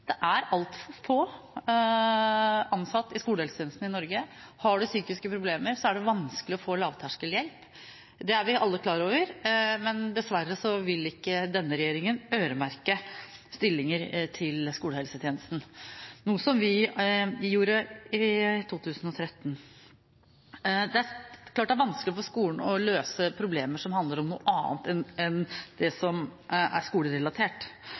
i Norge. Har man psykiske problemer, er det vanskelig å få lavterskelhjelp. Det er vi alle klar over, men dessverre vil ikke denne regjeringen øremerke stillinger til skolehelsetjenesten, noe vi gjorde i 2013. Det er klart at det er vanskelig for skolen å løse problemer som handler om noe annet enn det som er skolerelatert.